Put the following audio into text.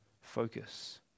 focus